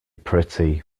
pretty